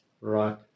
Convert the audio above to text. Right